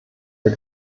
der